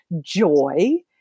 joy